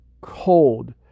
cold